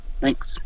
Thanks